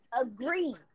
agree